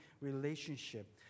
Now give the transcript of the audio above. relationship